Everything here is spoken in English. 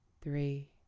three